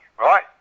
right